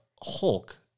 Hulk